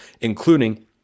including